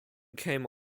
came